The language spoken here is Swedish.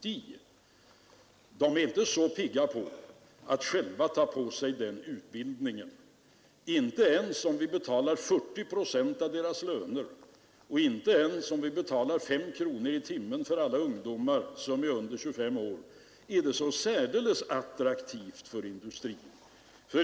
Industrin är inte så pigg på att själv ta på sig den utbildningen. Inte ens om vi betalar 40 procent av lönen och inte ens om vi betalar 5 kronor i timmen för alla ungdomar som är under 25 år är det så särdeles attraktivt för industrin.